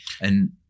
And-